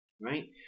right